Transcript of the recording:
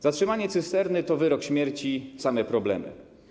Zatrzymanie cysterny to wyrok śmierci, same problemy.